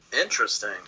Interesting